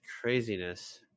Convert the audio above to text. craziness